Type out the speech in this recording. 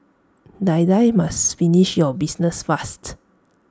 Die Die must finish your business fast